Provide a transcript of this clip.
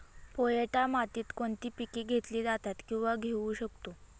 पोयटा मातीत कोणती पिके घेतली जातात, किंवा घेऊ शकतो?